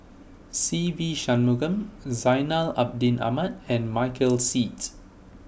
Se Ve Shanmugam Zainal Abidin Ahmad and Michael Seet